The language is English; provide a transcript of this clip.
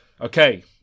Okay